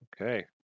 Okay